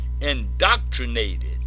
indoctrinated